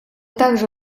также